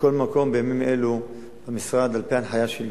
מכל מקום, בימים אלו המשרד, על-פי הנחיה שלי,